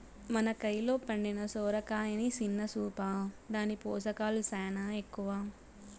మన కయిలో పండిన సొరకాయని సిన్న సూపా, దాని పోసకాలు సేనా ఎక్కవ